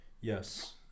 Yes